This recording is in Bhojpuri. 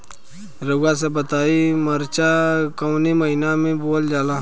रउआ सभ बताई मरचा कवने महीना में बोवल जाला?